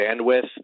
bandwidth